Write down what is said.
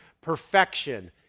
perfection